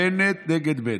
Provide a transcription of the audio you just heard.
בנט נגד בנט.